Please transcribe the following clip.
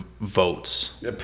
votes